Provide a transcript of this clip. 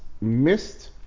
missed